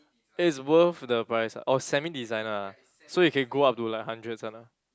is worth the price ah oh semi designer ah so it can go up to like hundreds one ah